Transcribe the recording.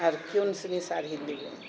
आर कोनसुनी साड़ी लेबै